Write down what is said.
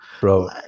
bro